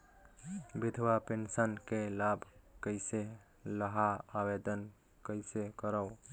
विधवा पेंशन के लाभ कइसे लहां? आवेदन कइसे करव?